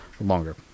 longer